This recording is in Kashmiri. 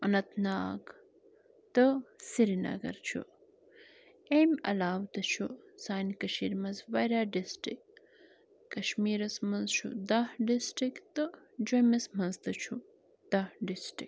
اننٛت ناگ تہٕ سِریٖنگر چھُ اَمہِ علاوٕ تہِ چھُ سانہِ کٔشیٖرِ منٛز واریاہ ڈِسٹِرٛک کشمیٖرَس منٛز چھُ دَہ ڈِسٹِرٛک تہٕ جوٚمِس منٛز تہِ چھُ دَہ ڈِسٹِرٛک